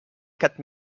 quatre